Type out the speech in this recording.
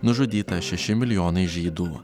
nužudyta šeši milijonai žydų